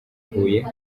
huye